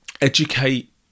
educate